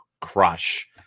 crush